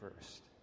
first